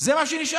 זה מה שנשאר,